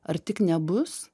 ar tik nebus